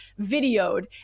videoed